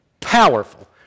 powerful